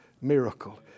miracle